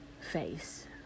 face